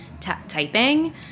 typing